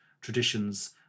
traditions